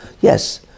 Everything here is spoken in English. yes